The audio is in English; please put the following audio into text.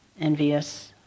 Envious